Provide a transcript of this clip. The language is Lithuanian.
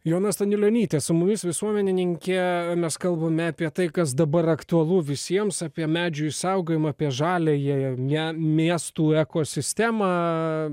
su mumis visuomeninkė kalbame apie tai kas dabar aktualu visiems apie medžių išsaugojimą apie žalią miestų ekosistemą